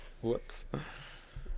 whoops